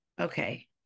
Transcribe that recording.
okay